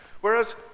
Whereas